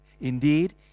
Indeed